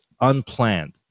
unplanned